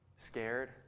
Scared